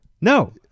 no